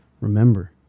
remember